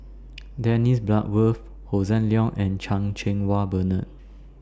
Dennis Bloodworth Hossan Leong and Chan Cheng Wah Bernard